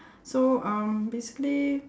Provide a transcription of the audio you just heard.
so um basically